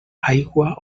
aigua